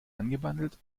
angebandelt